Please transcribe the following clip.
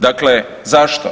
Dakle zašto?